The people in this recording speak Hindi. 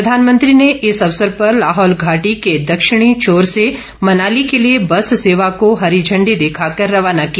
प्रधानमंत्री ने इस अवसर पर लाहौल घाटी के दक्षिणी छोर से मनाली के लिए बस सेवा को हरी झण्डी दिखाकर रवाना किया